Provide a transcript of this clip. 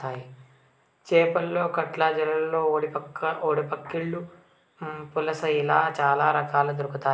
చేపలలో కట్ల, జల్లలు, బుడ్డపక్కిలు, పులస ఇలా చాల రకాలు దొరకుతాయి